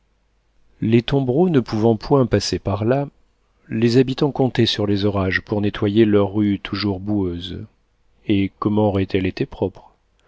les tombereaux ne pouvant point passer par là les habitants comptaient sur les orages pour nettoyer leur rue toujours boueuse et comment aurait-elle été propre